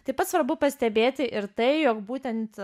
taip pat svarbu pastebėti ir tai jog būtent